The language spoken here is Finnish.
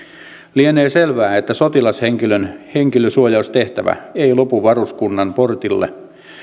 lienee selvää että sotilashenkilön henkilösuo jaustehtävä ei lopu varuskunnan portille